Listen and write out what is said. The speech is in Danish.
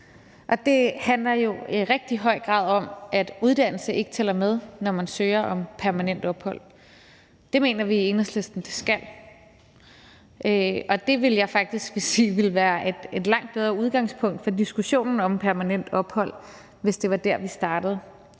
Det handler jo i rigtig høj grad om, at uddannelse ikke tæller med, når man søger om permanent opholdstilladelse. Det mener vi i Enhedslisten det skal, og det vil jeg faktisk sige ville være et langt bedre udgangspunkt for diskussionen om permanent opholdstilladelse, hvis det var der, vi startede.